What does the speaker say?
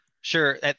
Sure